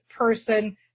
person